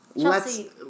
Chelsea